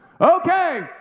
Okay